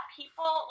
people